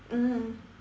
mmhmm